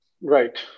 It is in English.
Right